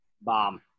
bomb